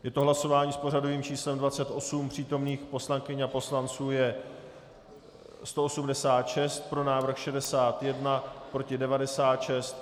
Je to hlasování s pořadovým číslem 28, přítomných poslankyň a poslanců je 186, pro návrh 61, proti 96.